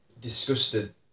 disgusted